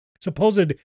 supposed